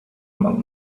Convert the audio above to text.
among